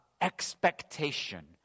expectation